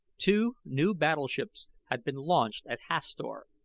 two new battleships had been launched at hastor.